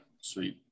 sweet